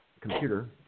computer